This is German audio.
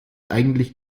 eigentlich